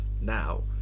now